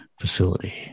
facility